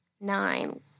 Nine